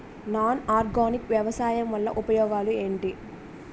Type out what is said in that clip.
Non organic వ్యవసాయం వల్ల ఉపయోగాలు ఏంటీ?